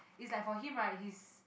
it's like for him right his